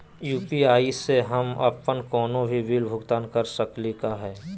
UPI स हम अप्पन कोनो भी बिल भुगतान कर सकली का हे?